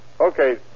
Okay